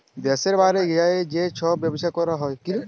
দ্যাশের বাইরে যাঁয়ে যে ছব ব্যবছা ক্যরা হ্যয়